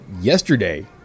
yesterday